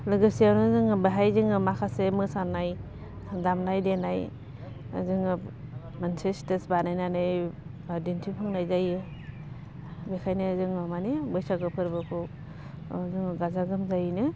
लोगोसेयावनो जोङो बाहाय जोङो माखासे मोसानाय दामनाय देनाय जोङो मोनसे स्टेज बानायनानै दिन्थिफुंनाय जायो बेखायनो जोङो माने बैसागो फोरबोखौ जोङो गाजा गोमजायैनो